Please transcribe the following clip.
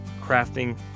crafting